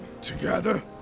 Together